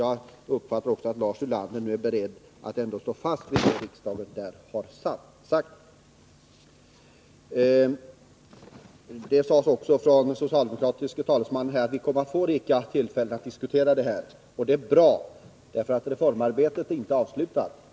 Jag uppfattar det också så, att Lars Ulander nu är beredd att stå fast vid Nr 43 vad riksdagen här har sagt. Onsdagen den Den socialdemokratiske talesmannen sade att vi kommer att få rika 8 december 1982 tillfällen att diskutera dessa frågor. Det är bra. Reformarbetet är nämligen inte avslutat.